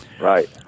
Right